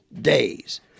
days